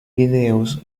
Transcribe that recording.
videos